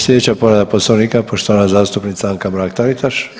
Slijedeća povreda Poslovnika poštovana zastupnica Anka Mrak-Taritaš.